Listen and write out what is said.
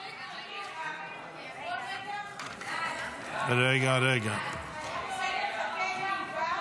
ההצעה להעביר את הצעת חוק יום הוקרה לפצועי מערכות ישראל ופעולות האיבה,